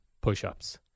push-ups